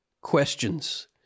questions